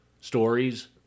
stories